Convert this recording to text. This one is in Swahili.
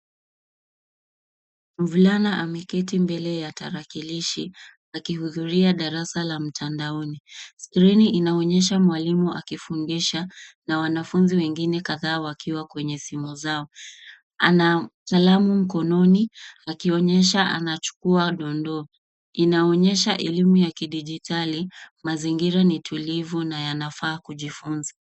Mvulana ameketi mbele ya tarakilishi akihudhuria darasa la mtandaoni. Skrini inaonyesha mwalimu akifundisha na wanafunzi wengine kadhaa wakiwa kwenye simu zao. Ana kalamu mkononi akionyesha anachukua dondoo, inaonyesha elimu ya kidijitali. Mazingira ni tulivu na yanafaa kujifunza.